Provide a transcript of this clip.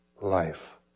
life